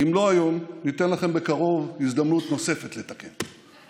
אם לא היום, ניתן לכם בקרוב הזדמנות נוספת לתקן.